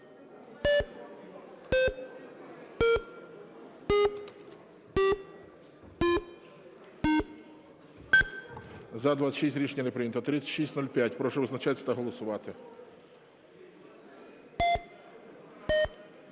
За-26 Рішення не прийнято. 3605. Прошу визначатись та голосувати.